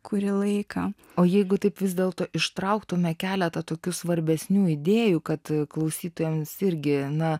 kurį laiką o jeigu taip vis dėlto ištrauktume keletą tokių svarbesnių idėjų kad klausytojams irgi na